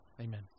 Amen